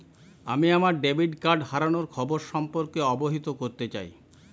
আমি আমার debit card হারানোর খবর সম্পর্কে অবহিত করতে চাই